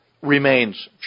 remains